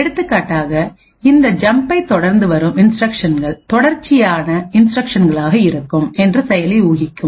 எடுத்துக்காட்டாக இந்த ஜம்பைத் தொடர்ந்து வரும் இன்ஸ்டிரக்ஷன்கள் தொடர்ச்சியான இன்ஸ்டிரக்ஷன்களாக இருக்கும் என்று செயலி ஊகிக்கும்